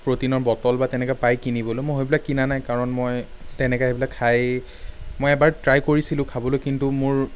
প্ৰটিনৰ বটল বা তেনেকুৱা পাই কিনিবলৈ মই সেইবিলাক কিনা নাই কাৰণ মই তেনেকে সেইবিলাক খাই মই এবাৰ ট্ৰাই কৰিছিলোঁ খাবলৈ কিন্তু মোৰ